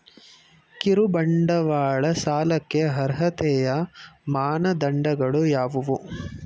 ಕಿರುಬಂಡವಾಳ ಸಾಲಕ್ಕೆ ಅರ್ಹತೆಯ ಮಾನದಂಡಗಳು ಯಾವುವು?